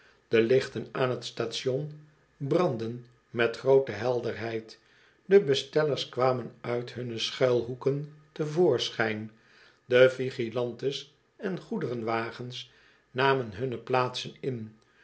de lichten aan t station brandden met groote helderheid de bestellers kwamen uit hunne schuilhoeken te voorschijn de vigilantes en goederenwagens namen hunne plaatsen in